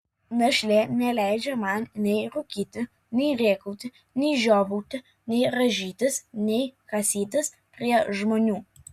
našlė neleidžia man nei rūkyti nei rėkauti nei žiovauti nei rąžytis nei kasytis prie žmonių